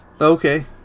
okay